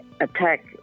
attack